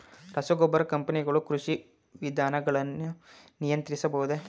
ರಸಗೊಬ್ಬರ ಕಂಪನಿಗಳು ಕೃಷಿ ವಿಧಾನಗಳನ್ನು ನಿಯಂತ್ರಿಸಬಹುದೇ?